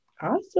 Awesome